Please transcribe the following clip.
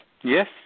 yes